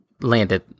landed